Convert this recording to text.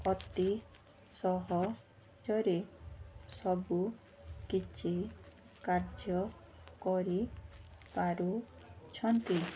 ଅତି ସହଜରେ ସବୁ କିଛି କାର୍ଯ୍ୟ କରି ପାରୁଛନ୍ତି